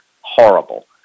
horrible